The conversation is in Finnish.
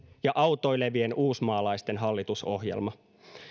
ja autoilevien uusmaalaisten hallitusohjelma